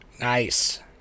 Nice